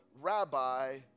Rabbi